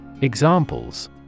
Examples